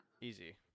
Easy